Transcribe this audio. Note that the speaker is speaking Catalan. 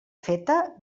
feta